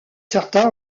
certains